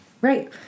Right